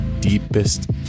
deepest